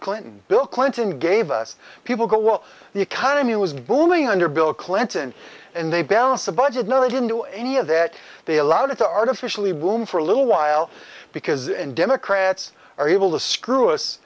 clinton bill clinton gave us people go well the economy was booming under bill clinton and they balanced the budget no they didn't do any of that they allowed it to artificially boom for a little while because and democrats are able to screw us